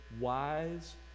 wise